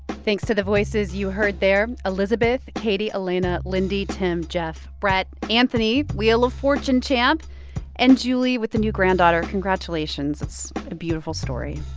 thanks to the voices you heard there. elizabeth, katie, alaina, lindy, tim, jeff, brett, anthony wheel of fortune champ and julie with a new granddaughter, congratulations. it's a beautiful story.